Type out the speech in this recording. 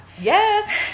yes